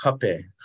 cape